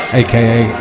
aka